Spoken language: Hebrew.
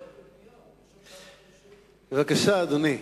בבקשה, אדוני.